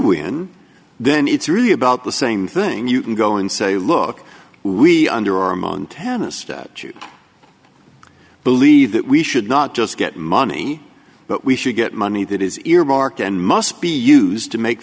win then it's really about the same thing you can go and say look we under our montana statute believe that we should not just get money but we should get money that is earmarked and must be used to make